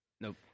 Nope